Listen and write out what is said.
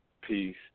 peace